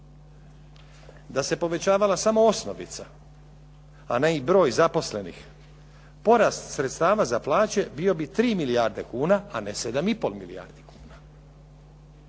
Da se povećavala samo osnovica a ne i broj zaposlenih porast sredstava za plaće bio bi 3 milijarde kuna a ne 7,5 milijardi kuna.